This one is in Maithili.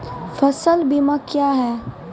फसल बीमा क्या हैं?